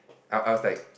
I I was like